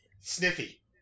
Sniffy